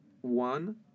One